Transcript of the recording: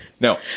No